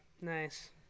Nice